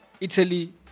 Italy